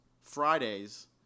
Fridays